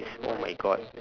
is oh my god